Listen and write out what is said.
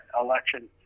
election